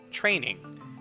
training